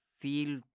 feel